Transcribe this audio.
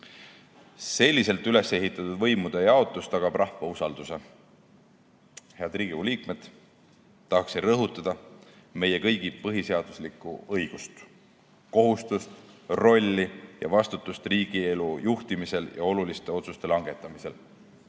Selliselt üles ehitatud võimude jaotus tagab rahva usalduse. Head Riigikogu liikmed, tahaksin rõhutada meie kõigi põhiseaduslikku õigust, kohustust, rolli ja vastutust riigielu juhtimisel ja oluliste otsuste langetamisel.